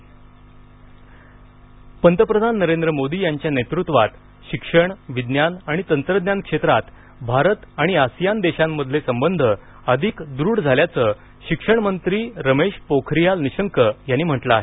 ASEAN पंतप्रधान नरेंद्र मोदी यांच्या नेतृत्वात शिक्षण विज्ञान आणि तंत्रज्ञान क्षेत्रात भारत आणि आसियान देशांमधील संबंध अधिक दृढ झाल्याचं शिक्षणमंत्री रमेश पोखरियाल निशंक यांनी म्हटलं आहे